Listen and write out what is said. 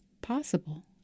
possible